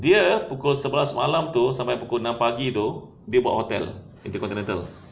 dia pukul sebelas malam tu sampai pukul enam pagi tu dia buat hotel itu hotel rental